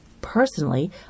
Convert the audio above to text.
Personally